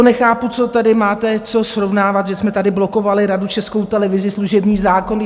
Nechápu, co tady máte co srovnávat, že jsme tady blokovali radu Českou televizi, služební zákon.